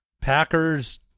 Packers